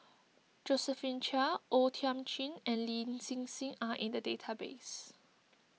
Josephine Chia O Thiam Chin and Lin Hsin Hsin are in the database